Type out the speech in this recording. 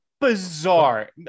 Bizarre